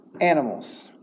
animals